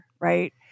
right